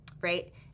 Right